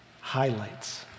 highlights